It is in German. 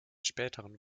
späteren